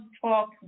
Talk